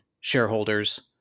shareholders